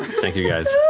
thank you, guys.